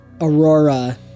Aurora